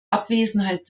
abwesenheit